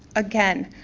again,